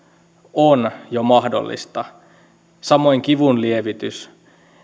on jo mahdollista samoin kivunlievitys